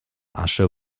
asche